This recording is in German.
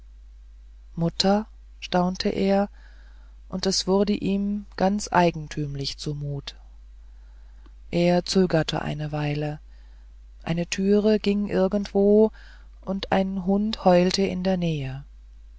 mutter staunte er und es wurde ihm ganz eigentümlich zu mut er zögerte eine weile eine tür ging irgendwo und ein hund heulte in der nähe